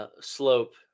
slope